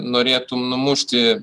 norėtum numušti